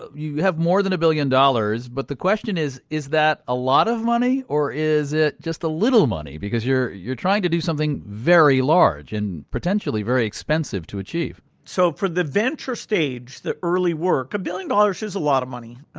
you have more than a billion dollars, but the question is is that a lot of money or is it just a little money? because you're you're trying to do something very large and potentially very expensive to achieve so for the venture stage, the early work, a billion dollars is a lot of money.